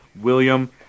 William